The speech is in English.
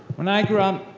when i grew up.